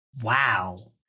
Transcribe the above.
wow